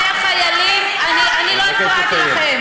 אני מבקשת מכם: